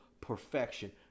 perfection